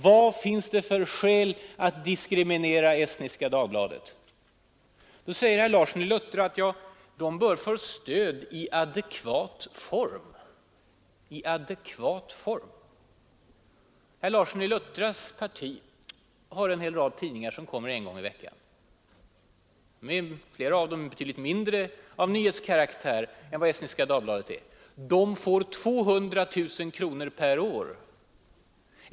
Vad finns det för skäl att diskriminera Estniska Dagbladet? Herr Larsson i Luttra säger att tidningen bör få stöd i ”adekvat form”. I adekvat form! Herr Larssons parti har en hel rad tidningar som kommer ut en gång i veckan. Flera av dem har betydligt mindre av nyhetskaraktär än vad Estniska Dagbladet har. De får 200 000 kronor per år.